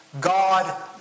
God